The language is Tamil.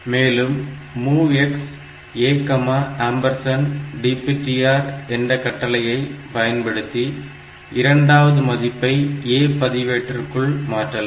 மேலும் MOVX ADPTR என்ற கட்டளையை பயன்படுத்தி இரண்டாவது மதிப்பை A பதிவேட்டிற்குள் மாற்றலாம்